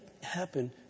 happen